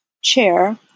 chair